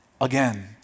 Again